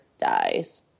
dies